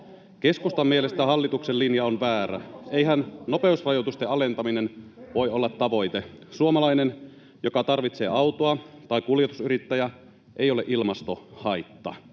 Keskustan mielestä hallituksen linja on väärä — eihän nopeusrajoitusten alentaminen voi olla tavoite. Suomalainen, joka tarvitsee autoa, tai kuljetusyrittäjä ei ole ilmastohaitta.